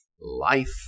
Life